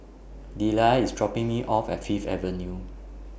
Deliah IS dropping Me off At Fifth Avenue